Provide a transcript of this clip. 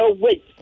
Wait